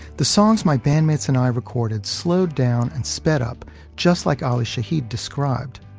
the songs my bandmates and i recorded slowed down and sped up just like ali shaheed described.